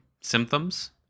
symptoms